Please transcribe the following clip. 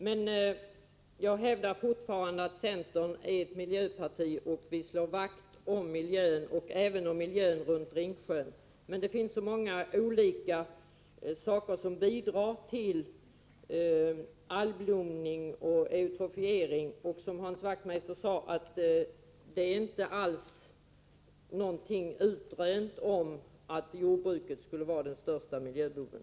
Men jag hävdar fortfarande att centern är ett miljöparti och vi slår vakt om miljön, även om miljön runt Ringsjön. Men det finns så många olika saker som bidrar till algblomning och eutrofiering. Som Hans Wachtmeister sade är det inte alls utrönt att jordbruket skulle vara den största miljöboven.